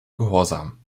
gehorsam